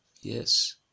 yes